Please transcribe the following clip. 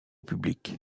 public